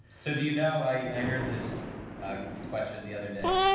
so, do you know i heard this ah question the other day,